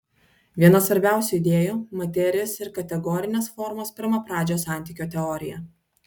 viena svarbiausių idėjų materijos ir kategorinės formos pirmapradžio santykio teorija